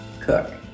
cook